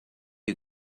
you